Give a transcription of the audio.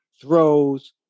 throws